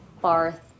Barth